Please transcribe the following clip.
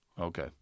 Okay